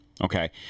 Okay